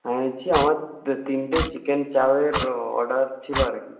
আমি বলছি আমার তিনটে চিকেন চাউয়ের অর্ডার ছিল আর কি